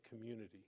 community